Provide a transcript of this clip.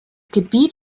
gebiet